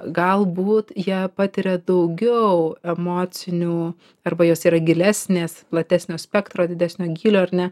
galbūt jie patiria daugiau emocinių arba jos yra gilesnės platesnio spektro didesnio gylio ar ne